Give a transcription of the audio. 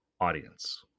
audience